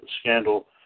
scandal